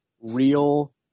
real